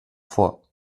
vor